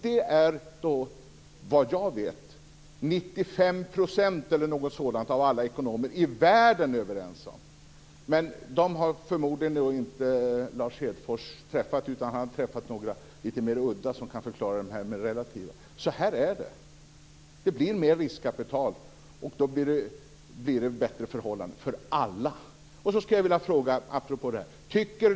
Detta är, vad jag vet, 95 % eller något sådant av alla ekonomer i världen överens om. Men dem har förmodligen inte Lars Hedfors träffat. Han har träffat några litet mer udda som kan förklara det här med det relativa. Så här är det! Det blir mer riskkapital, och då blir det bättre förhållanden för alla.